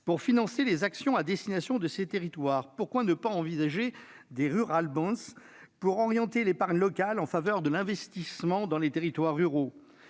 Pour financer les actions à destination de ces territoires, pourquoi ne pas envisager des, afin d'orienter l'épargne locale en faveur de l'investissement dans les territoires ruraux ?